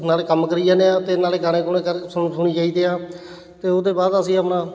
ਨਾਲੇ ਕੰਮ ਕਰੀ ਜਾਂਦੇ ਹਾਂ ਅਤੇ ਨਾਲੇ ਗਾਣੇ ਗੁਣੇ ਕਰ ਸੁਣ ਸੁਣੀ ਜਾਈਦੇ ਆ ਅਤੇ ਉਹਦੇ ਬਾਅਦ ਅਸੀਂ ਆਪਣਾ